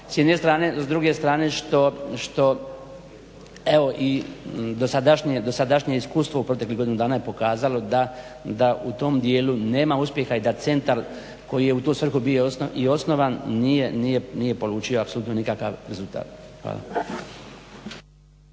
s jedne strane, s druge strane što evo i dosadašnje iskustvo u proteklih godinu dana je pokazalo da u tom dijelu nema uspjeha i da centar koji je u tu svrhu bio i osnovan nije polučio apsolutno nikakav rezultat. Hvala.